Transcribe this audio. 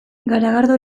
garagardo